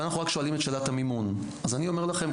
אנחנו רק שואלים את שאלת המימון" - אז אני אומר לכם,